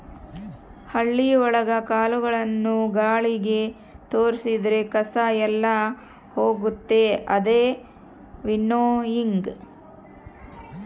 ಹಳ್ಳಿ ಒಳಗ ಕಾಳುಗಳನ್ನು ಗಾಳಿಗೆ ತೋರಿದ್ರೆ ಕಸ ಎಲ್ಲ ಹೋಗುತ್ತೆ ಅದೇ ವಿನ್ನೋಯಿಂಗ್